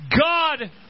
God